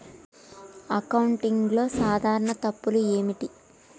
అకౌంటింగ్లో సాధారణ తప్పులు ఏమిటి?